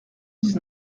dix